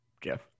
Jeff